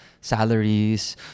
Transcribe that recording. salaries